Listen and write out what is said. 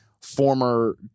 former